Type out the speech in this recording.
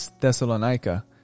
Thessalonica